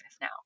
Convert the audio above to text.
now